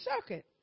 circuit